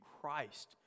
Christ